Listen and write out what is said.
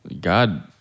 God